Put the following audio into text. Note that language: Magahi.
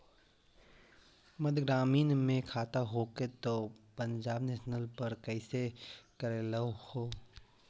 मध्य ग्रामीण मे खाता हको तौ पंजाब नेशनल पर कैसे करैलहो हे?